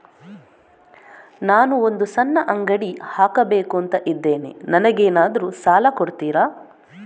ನಾನು ಒಂದು ಸಣ್ಣ ಅಂಗಡಿ ಹಾಕಬೇಕುಂತ ಇದ್ದೇನೆ ನಂಗೇನಾದ್ರು ಸಾಲ ಕೊಡ್ತೀರಾ?